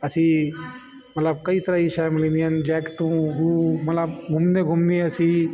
असीं मतिलबु कई तरह जी शइ मिलंदी आहिनि जेकिटूं हू मतिलबु घुमंदे घुमंदे असीं